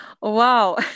wow